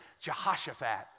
Jehoshaphat